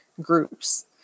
groups